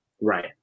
Right